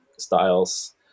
styles